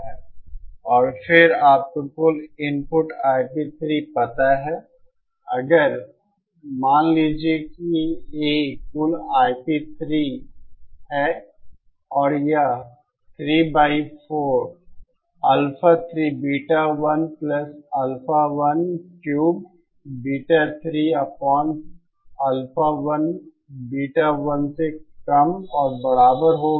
और फिर आपको कुल इनपुट Ip 3 पता है अगर मान लीजिए कि A कुल IP3 है और यह 3 बाई 4 अल्फा3बीटा1 अल्फा1क्यूब बीटा3 अपऑन अल्फा1 बीटा1 से कम और बराबर होगा